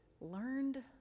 learned